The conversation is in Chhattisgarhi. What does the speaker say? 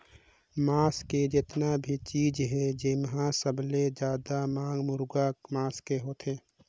मांस के जेतना भी चीज हे तेम्हे सबले जादा मांग मुरगा के मांस के होथे